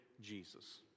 Jesus